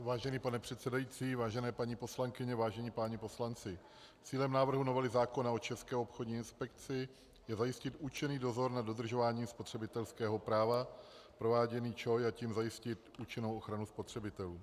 Vážený pane předsedající, vážené paní poslankyně, vážení páni poslanci, cílem návrhu novely zákona o České obchodní inspekci je zajistit účinný dozor nad dodržováním spotřebitelského práva prováděný ČOI, a tím zajistit účinnou ochranu spotřebitelů.